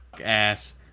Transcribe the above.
ass